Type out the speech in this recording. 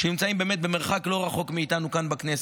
שנמצאים באמת במרחק לא רחוק מאיתנו כאן בכנסת: